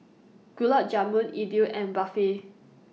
Gulab Jamun Idili and Barfi